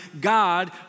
God